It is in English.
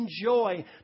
enjoy